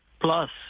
plus